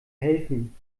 helfen